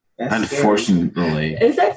Unfortunately